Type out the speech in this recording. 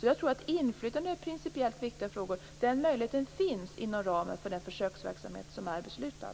Jag tror att möjligheten till inflytande över principiellt viktiga frågor finns inom ramen för den försöksverksamhet som är beslutad.